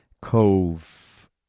cove